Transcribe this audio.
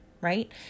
right